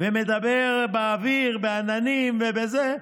ומדבר באוויר, בעננים ובזה.